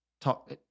Talk